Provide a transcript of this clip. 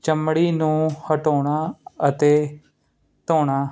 ਚਮੜੀ ਨੂੰ ਹਟਾਉਣਾ ਅਤੇ ਧੋਣਾ